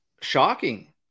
shocking